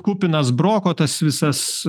kupinas broko tas visas